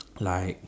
like